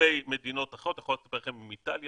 לגבי מדינות אחרות אני יכול לספר לכם על איטליה,